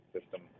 system